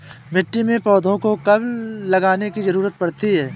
मिट्टी में पौधों को कब लगाने की ज़रूरत पड़ती है?